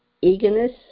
Eagerness